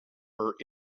her